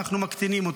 אנחנו מקטינים אותו,